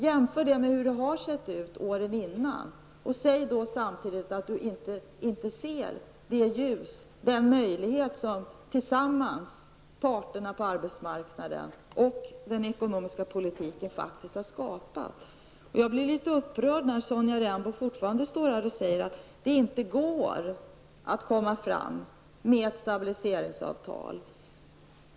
Jämför med hur det har sett ut åren innan och säg samtidigt, Sonja Rembo, att du inte ser den möjlighet som parterna på arbetsmarknaden och den ekonomiska politiken tillsammans faktiskt har skapat. Jag blir litet upprörd när Sonja Rembo fortfarande står här och säger att det inte går att komma fram med ett stabiliseringsavtal.